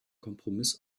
kompromiss